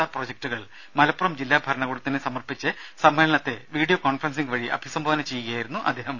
R പ്രോജക്ടുകൾ മലപ്പുറം ജില്ലാഭരണകൂടത്തിന് സമർപ്പിച്ച ശേഷം സമ്മേളനത്തെ വീഡിയോ കോൺഫറൻസിംഗ് വഴി അഭിസംബോധന ചെയ്യുകയായിരുന്നു അദ്ദേഹം